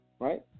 Right